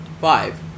five